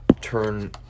turn